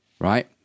Right